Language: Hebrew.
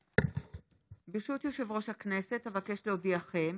ברשות יושב-ראש הכנסת, אבקש להודיעכם